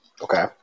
Okay